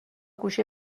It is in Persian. گوشی